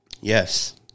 yes